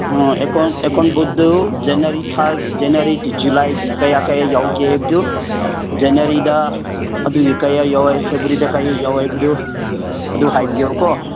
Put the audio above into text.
account account ꯕꯨꯠꯇꯨ ꯖꯅꯋꯥꯔꯤ ꯊꯥꯒꯤ ꯖꯅꯋꯥꯔꯤ ꯖꯨꯂꯥꯏꯒꯤ ꯀꯌꯥ ꯀꯌꯥ ꯌꯥꯎꯒꯦ ꯍꯥꯏꯕꯗꯨ ꯖꯅꯋꯥꯔꯤꯗ ꯑꯗꯨꯒꯤ ꯀꯌꯥ ꯌꯥꯎꯋꯦ ꯐꯦꯕ꯭ꯋꯥꯔꯤꯗ ꯀꯌꯥ ꯌꯥꯎꯋꯦ ꯍꯥꯏꯕꯗꯨ ꯑꯗꯨ ꯍꯥꯏꯕꯤꯌꯣ ꯀꯣ